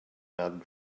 not